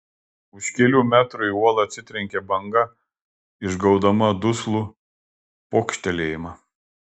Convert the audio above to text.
už kelių metrų į uolą atsitrenkė banga išgaudama duslų pokštelėjimą